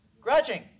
grudging